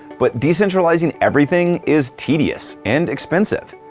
but decentralizing everything is tedious and expensive.